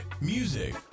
music